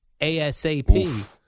ASAP